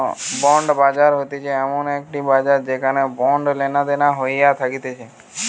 bond বাজার হতিছে এমন একটি বাজার যেখানে বন্ড লেনাদেনা হইয়া থাকতিছে